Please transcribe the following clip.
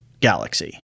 galaxy